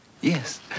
Yes